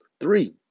Three